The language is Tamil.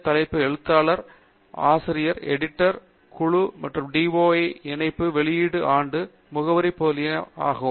தலைப்பு எழுத்தாளர் ஆசிரியர்அடையாளங்காட்டிகள் எடிட்டர் குழு ஆசிரியர் வெளியீட்டு பெயர் டிஓஐ இணைப்பு வெளியீட்டு ஆண்டு முகவரி முதலியன போன்ற துறைகளை தேர்வு செய்யலாம்